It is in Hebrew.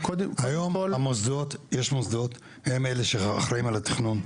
היום יש מוסדות והם אלה שאחראיים על התכנון,